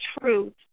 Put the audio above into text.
truth